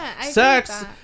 sex